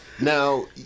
Now